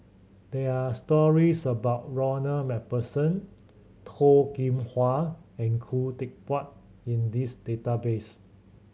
there are stories about Ronald Macpherson Toh Kim Hwa and Khoo Teck Puat in this database